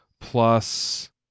plus